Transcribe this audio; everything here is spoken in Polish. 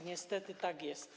Niestety tak jest.